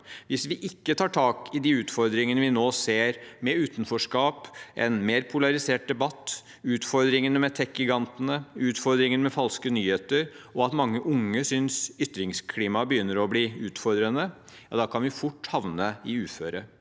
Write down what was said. Hvis vi ikke tar tak i de utfordringene vi nå ser, med utenforskap, en mer polarisert debatt, utfordringene med tekgigantene, utfordringene med falske nyheter, og at mange unge synes ytringsklimaet begynner å bli utfordrende, kan vi fort havne i uføre.